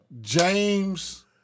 James